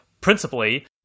principally